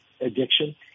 addiction